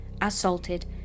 assaulted